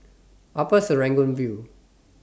Upper Serangoon View